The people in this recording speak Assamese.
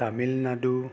তামিলনাডু